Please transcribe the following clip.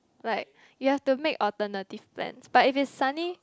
like you have to make alternative plans but if it's sunny